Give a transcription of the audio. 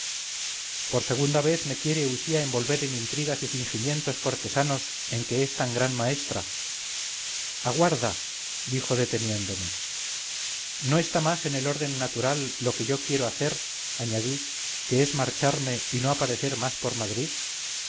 por segunda vez me quiere usía envolver en intrigas y fingimientos cortesanos en que es tan gran maestra aguarda dijo deteniéndome no está más en el orden natural lo que yo quiero hacer añadí que es marcharme y no aparecer más por madrid